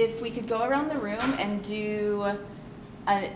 if we could go around the room and do